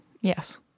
Yes